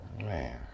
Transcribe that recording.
Man